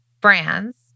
brands